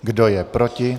Kdo je proti?